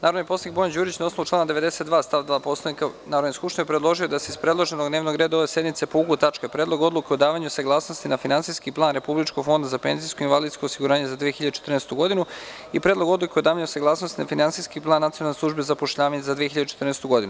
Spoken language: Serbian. Narodni poslanik Bojan Đurić, na osnovu člana 92. stav 2. Poslovnika Narodne skupštine, predložio je da se iz predloženog dnevnog reda ove sednice povuku tačke: Predlog odluke o davanju saglasnosti na Finansijski plan Republičkog fonda za penzijsko i invalidsko osiguranje za 2014. godinu i Predlog odluke o davanju saglasnosti na Finansijski plan Nacionalne službe za zapošljavanje za 2014. godinu.